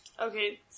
Okay